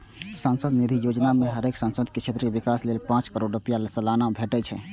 सांसद निधि योजना मे हरेक सांसद के क्षेत्रक विकास लेल पांच करोड़ रुपैया सलाना भेटे छै